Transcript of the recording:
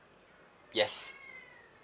yes